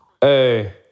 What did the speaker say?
Hey